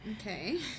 Okay